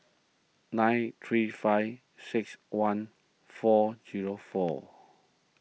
nine three five six one four zero four